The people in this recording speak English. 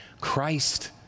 Christ